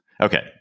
Okay